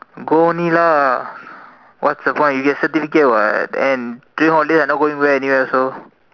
go only lah what's the point you get certificate what and June holidays I not going where anywhere so